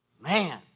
Man